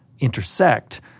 intersect